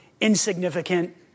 insignificant